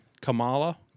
Kamala